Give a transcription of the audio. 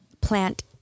plant